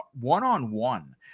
One-on-one